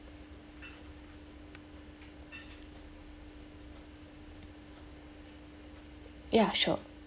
ya sure